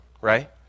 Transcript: right